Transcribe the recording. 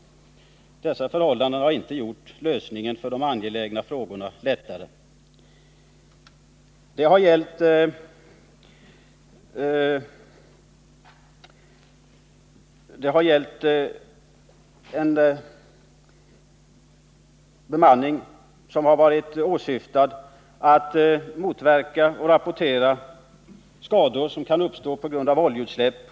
Dessa förhållanden har inte gjort lösningen av de angelägna frågorna lättare. Bemanningen har syftat till att motverka och rapportera miljöskador som kan uppstå på grund av oljeutsläpp.